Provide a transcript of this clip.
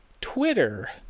Twitter